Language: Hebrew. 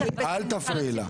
אל תפריעי לה,